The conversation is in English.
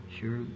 sure